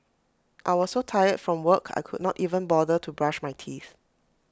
I was so tired from work I could not even bother to brush my teeth